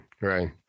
Right